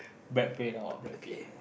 back pain or wrap in